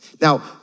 Now